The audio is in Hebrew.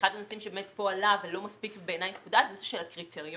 ואחד הנושאים שבאמת עלה ובעיני לא מספיק חודד הוא נושא הקריטריונים.